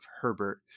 Herbert